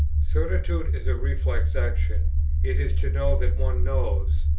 certitude is a reflex action it is to know that one knows.